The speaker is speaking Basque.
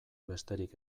besterik